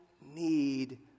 need